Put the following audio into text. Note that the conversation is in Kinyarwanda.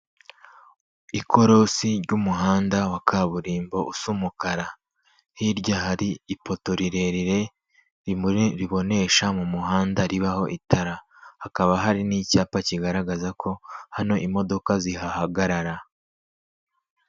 Ikorosi ry'umuhanda wa kaburimbo usa umukara, hirya hari ipoto rirerire ribonesha mu muhanda ribaho itara, hakaba hari n'icyapa kigaragaza ko hano imodoka zihahagarara.